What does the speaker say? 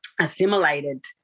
assimilated